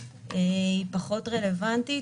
היא פחות רלוונטית.